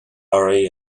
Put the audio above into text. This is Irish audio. oraibh